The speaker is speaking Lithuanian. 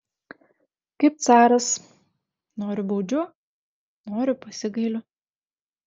kaip caras noriu baudžiu noriu pasigailiu